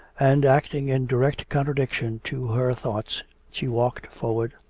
and acting in direct contradiction to her thoughts, she walked forward.